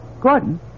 Gordon